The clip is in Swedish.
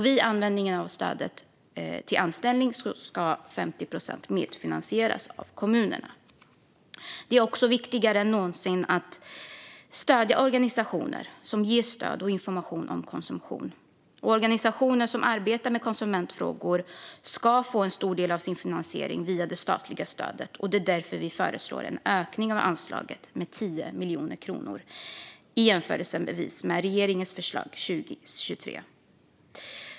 Vid användning av stödet till anställning ska 50 procent medfinansieras av kommunerna. Det är också viktigare än någonsin att stödja organisationer som ger stöd och information om konsumtion. Organisationer som arbetar med konsumentfrågor ska få en stor del av sin finansiering via det statliga stödet. Det är därför vi föreslår en ökning av anslaget med 10 miljoner kronor jämfört med regeringens förslag för 2023.